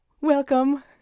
Welcome